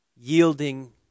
Yielding